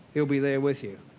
he'll be there with you.